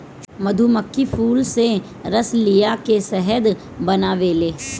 मधुमक्खी फूल से रस लिया के शहद बनावेले